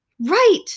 Right